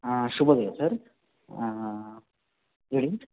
ಹಾಂ ಶುಭೋದಯ ಸರ್ ಹೇಳಿ